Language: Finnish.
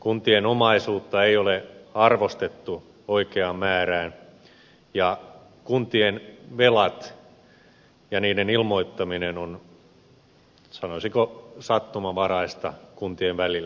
kuntien omaisuutta ei ole arvostettu oikeaan määrään ja kuntien velat ja niiden ilmoittaminen on sanoisiko sattumanvaraista kuntien välillä